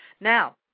Now